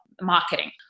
marketing